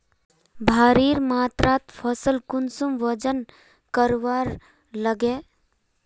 भारी मात्रा फसल कुंसम वजन करवार लगे?